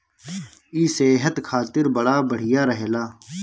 इ सेहत खातिर बड़ा बढ़िया रहेला